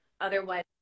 otherwise